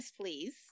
please